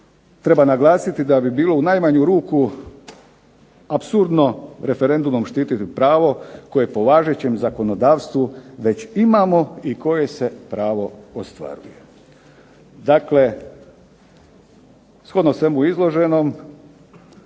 treba naglasiti da bi bilo u najmanju ruku apsurdno referendumom štititi pravo koje po važećem zakonodavstvu već imamo i koje se pravo ostvaruje. Dakle, shodno svemu izloženom